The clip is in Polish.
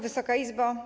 Wysoka Izbo!